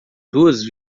duas